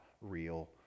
real